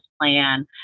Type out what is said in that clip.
plan